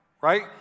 right